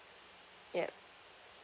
yup